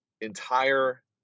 entire